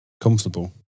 Comfortable